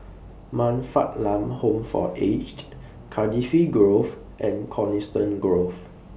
Man Fatt Lam Home For Aged Cardifi Grove and Coniston Grove